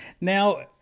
Now